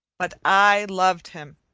but i loved him,